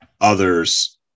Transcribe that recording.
others